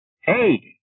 Hey